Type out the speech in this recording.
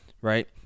right